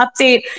update